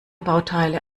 bauteile